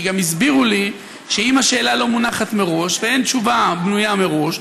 כי גם הסבירו לי שאם השאלה לא מונחת מראש ואין תשובה בנויה מראש,